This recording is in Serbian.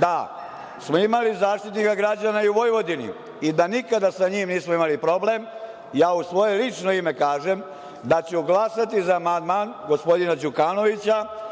da smo imali Zaštitnika građana i u Vojvodini i da nikada sa njim nismo imali problem. Ja u svoje lično ime kažem da ću glasati za amandman gospodina Đukanovića